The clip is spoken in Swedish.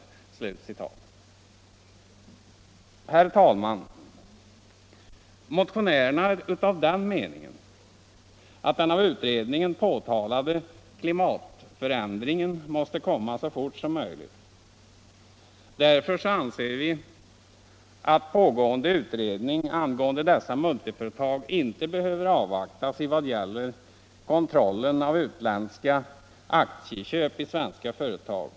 Herr talman! Motionärerna är av den meningen att den av utredningen påtalade klimatförändringen måste komma så fort som möjligt. Därför anser vi att pågående utredning angående dessa multiföretag inte behöver avvaktas vad det gäller kontrollen av utländska aktieköp i svenska företag.